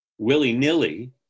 willy-nilly